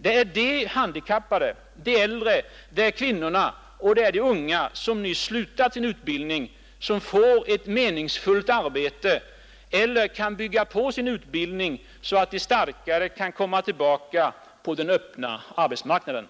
Det är de handikappade, det är de äldre, det är kvinnorna och det är de unga som nyss slutat sin utbildning, som får ett meningsfullt arbete eller kan bygga på sin utbildning, så att de starkare kan komma tillbaka på den öppna arbetsmarknaden.